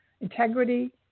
integrity